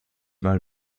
mal